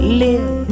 live